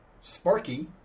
Sparky